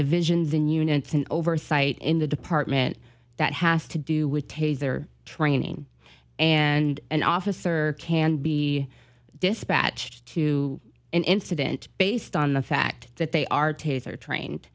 divisions in units and oversight in the department that has to do with taser training and an officer can be dispatched to an incident based on the fact that they are taser trained